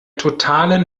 totalen